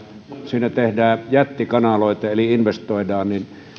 sinne tehdään jättikanaloita eli investoidaan